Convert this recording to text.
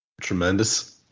Tremendous